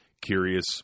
curious